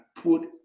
put